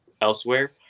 elsewhere